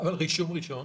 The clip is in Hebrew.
אבל רישום ראשון?